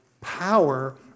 power